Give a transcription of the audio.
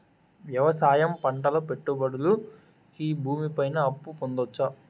వ్యవసాయం పంటల పెట్టుబడులు కి భూమి పైన అప్పు పొందొచ్చా?